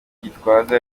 gitwaza